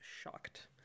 shocked